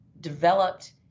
developed